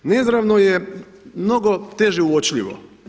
Neizravno je mnogo teže uočljivo.